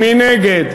מי נגד?